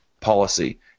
policy